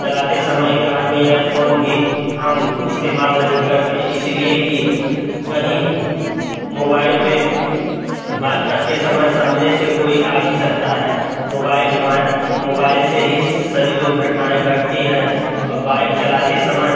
चलाते समय कान में एयरफ़ोन भी हम इस्तेमाल नहीं करते इसलिए कि कहीं मोबाइल में बात करते समय सामने से कोई आ भी सकता है मोबाइल हमारे मोबाइल से ही सभी दुर्घटनाएँ घटती हैं औ बाइक चलाते समय